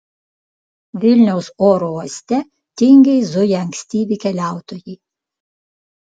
vilniaus oro uoste tingiai zuja ankstyvi keliautojai